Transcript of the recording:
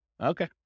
Okay